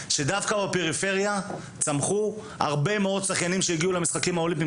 שדווקא בפריפריה צמחו הרבה מאוד שחיינים שהגיעו למשחקים האולימפיים.